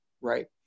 right